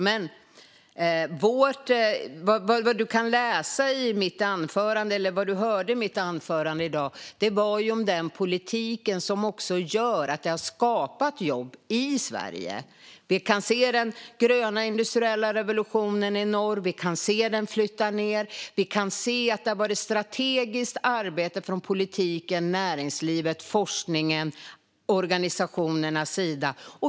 Ledamoten kunde i mitt anförande höra om den politik som har skapat jobb i Sverige. Det är den gröna industriella revolutionen i norr som nu flyttar ned. Det har varit strategiskt arbete från politiken, näringslivet, forskningen och organisationernas sida.